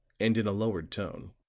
and in a lowered tone,